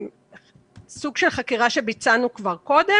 זה סוג של חקירה שביצענו כבר קודם.